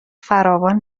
فراوان